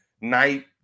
night